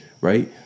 Right